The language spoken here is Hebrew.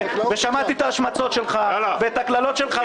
ושמעתי את ההשמצות שלך ואת הקללות שלך,